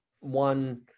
one